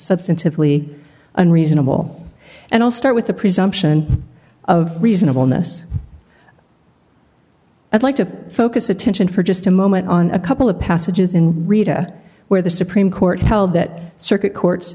substantively unreasonable and i'll start with the presumption of reasonableness i'd like to focus attention for just a moment on a couple of passages in rita where the supreme court held that circuit courts